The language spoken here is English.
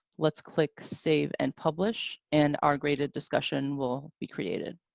let's click save and publish, and our graded discussion will be created.